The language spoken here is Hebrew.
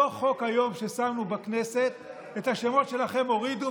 מאותו חוק היום ששמנו בכנסת את השמות שלכם הורידו,